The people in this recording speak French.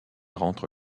rentre